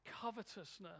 covetousness